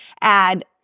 add